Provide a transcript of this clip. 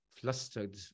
flustered